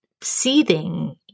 seething